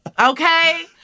Okay